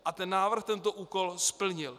A návrh tento úkol splnil.